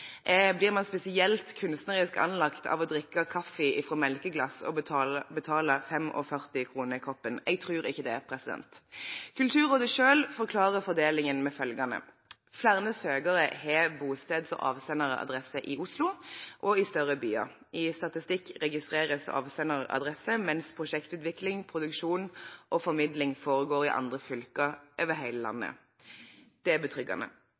Blir man spesielt kunstnerisk anlagt av å drikke kaffe fra melkeglass og betale 45 kr koppen? Jeg tror ikke det. Kulturrådet selv forklarer fordelingen med følgende: Flere søkere har bosteds- og avsenderadresse i Oslo og i større byer. I statistikk registreres avsenderadresse, mens prosjektutvikling, produksjon og formidling foregår i andre fylker over hele landet. Det er betryggende.